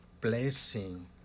blessing